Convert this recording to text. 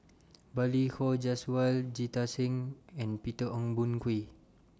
Balli Kaur Jaswal Jita Singh and Peter Ong Boon Kwee